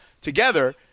together